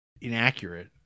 inaccurate